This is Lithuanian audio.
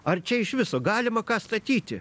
ar čia iš viso galima ką statyti